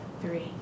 Three